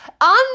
on